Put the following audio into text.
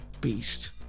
beast